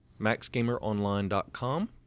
maxgameronline.com